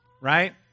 right